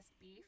beef